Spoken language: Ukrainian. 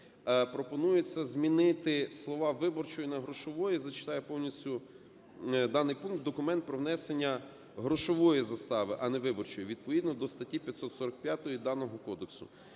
пропонується змінити слова "виборчої" на "грошової". Зачитаю повністю даний пункт: "документ про внесення грошової застави (а не виборчої) відповідно до статті 545 даного кодексу".